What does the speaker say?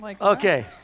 Okay